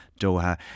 Doha